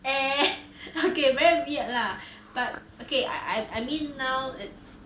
air okay very weird lah but okay I I mean now it's